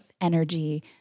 energy